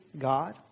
God